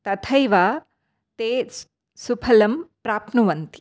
तथैव ते सुफलं प्राप्नुवन्ति